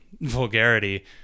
vulgarity